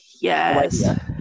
yes